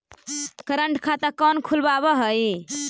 current खाता कौन खुलवावा हई